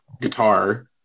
guitar